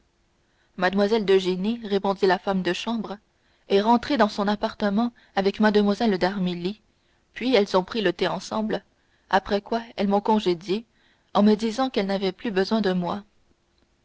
l'interrogea mlle eugénie répondit la femme de chambre est rentrée dans son appartement avec mlle d'armilly puis elles ont pris le thé ensemble après quoi elles m'ont congédiée en me disant qu'elles n'avaient plus besoin de moi